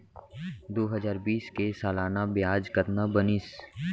दू हजार बीस के सालाना ब्याज कतना बनिस?